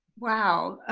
wow.